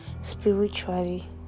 spiritually